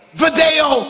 video